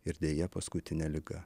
ir deja paskutinė liga